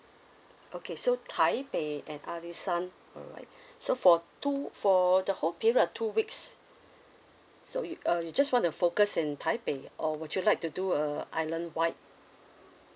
okay so taipei and alishan alright so for two for the whole period of two weeks so you uh you just want to focus in taipei or would you like to do a islandwide